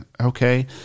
okay